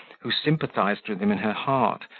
who sympathized with him in her heart,